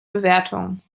bewertung